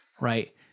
right